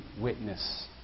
witness